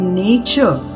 nature